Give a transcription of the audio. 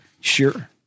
Sure